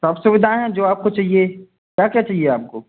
सब सुविधाएँ हैं जो आपको चाहिए क्या क्या चाहिए आपको